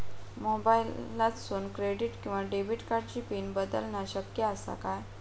मोबाईलातसून क्रेडिट किवा डेबिट कार्डची पिन बदलना शक्य आसा काय?